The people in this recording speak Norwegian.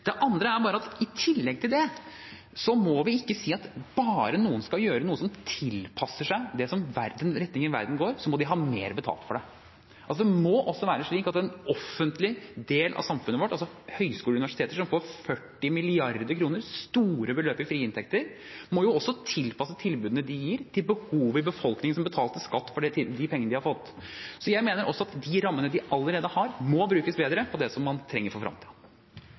Det andre er: I tillegg til det må vi ikke si at bare fordi noen skal gjøre noe som tilpasser seg den retningen verden går i, må de ha mer betalt for det. Det må også være slik at en offentlig del av samfunnet vårt, altså høyskoler og universiteter, som får 40 mrd. kr – store beløp – i frie inntekter, må tilpasse tilbudene de gir, til behovet i befolkningen, som betalte skatt for de pengene de har fått. Jeg mener at de rammene de allerede har, må brukes bedre på det som man trenger for